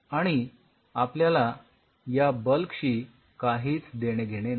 आणि आपल्याला या बल्क शी काहीच देणे घेणे नाही